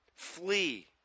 Flee